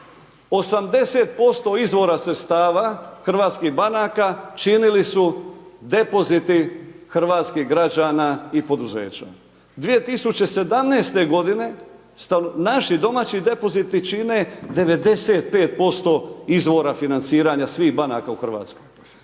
80% izvora sredstava hrvatskih banaka činili su depoziti hrvatskih građana i poduzeća. 2017. godine naši domaći depoziti čine 95% izvora financiranja svih banaka u Hrvatskoj.